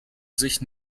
sich